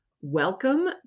Welcome